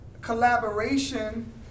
collaboration